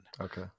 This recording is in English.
Okay